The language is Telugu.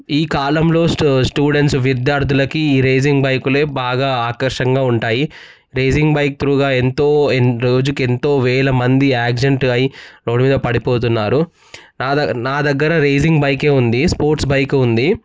ఈ కాలంలో స్టూ స్టూడెంట్స్ విద్యార్థులకి ఈ రైసింగ్ బైకులే బాగా ఆకర్షణగా ఉంటాయి రేసింగ్ బైక్ త్రూగా ఎంతో అండ్ రోజుకి ఎంతో వేలమంది యాక్సిడెంట్ అయ్యి రోడ్డు మీద పడిపోతున్నారు నా దగ్గర నా దగ్గర రేసింగ్ బైకే ఉంది స్పోర్ట్స్ బైకు ఉంది